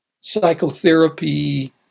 psychotherapy